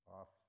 Off